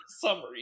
summary